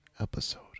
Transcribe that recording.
episode